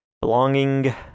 belonging